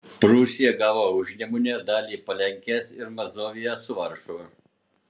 prūsija gavo užnemunę dalį palenkės ir mazoviją su varšuva